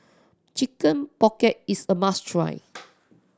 Chicken Pocket is a must try